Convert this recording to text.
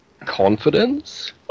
confidence